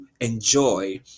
enjoy